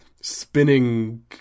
spinning